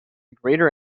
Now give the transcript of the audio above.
greater